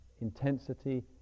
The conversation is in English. intensity